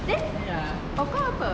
then oh kau apa